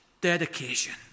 dedication